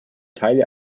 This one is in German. teile